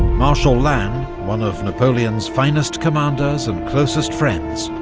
marshal lannes, one of napoleon's finest commanders and closest friends,